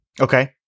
Okay